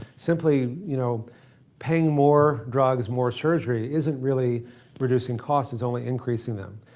simply you know paying more drugs, more surgery isn't really reducing costs. it's only increasing them.